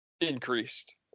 increased